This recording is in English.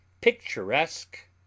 picturesque